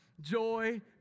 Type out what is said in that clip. joy